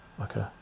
okay